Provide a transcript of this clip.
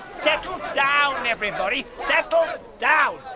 settle down, everybody! settle down